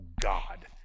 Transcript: God